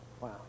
Wow